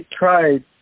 tried